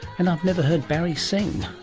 and i've never heard barry sing.